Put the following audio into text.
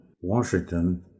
Washington